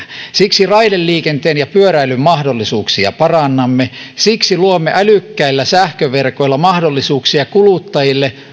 siksi raideliikenteen ja pyöräilyn mahdollisuuksia parannamme siksi luomme älykkäillä sähköverkoilla mahdollisuuksia kuluttajille